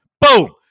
Boom